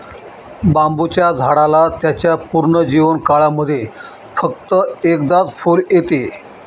बांबुच्या झाडाला त्याच्या पूर्ण जीवन काळामध्ये फक्त एकदाच फुल येत